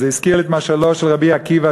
וזה הזכיר לי את משלו של רבי עקיבא,